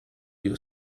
your